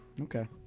Okay